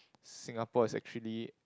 Singapore is actually